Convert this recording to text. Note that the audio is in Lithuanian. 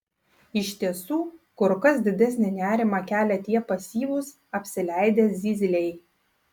iš tiesų kur kas didesnį nerimą kelia tie pasyvūs apsileidę zyzliai